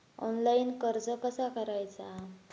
Online कर्ज कसा करायचा?